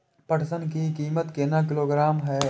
पटसन की कीमत केना किलोग्राम हय?